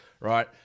right